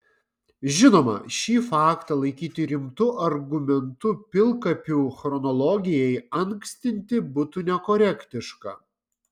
žinoma šį faktą laikyti rimtu argumentu pilkapių chronologijai ankstinti būtų nekorektiška